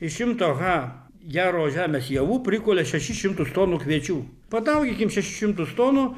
ir šimto ha geros žemės javų prikūlia šešis šimtus tonų kviečių padaugykim šešis šimtus tonų